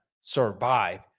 survive